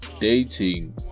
dating